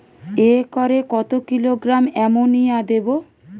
একরে কত kilogram ammonia দেবো?